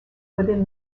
within